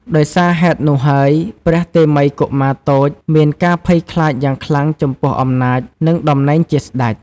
ដោយសារហេតុនោះហើយ ព្រះតេមិយកុមារតូចមានការភ័យខ្លាចយ៉ាងខ្លាំងចំពោះអំណាច និងតំណែងជាស្តេច។